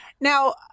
now